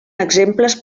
exemples